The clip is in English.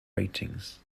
ratings